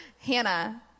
Hannah